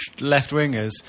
left-wingers